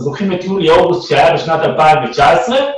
לוקחים את יולי-אוגוסט בשנת 2019,